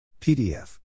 PDF